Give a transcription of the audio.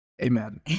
Amen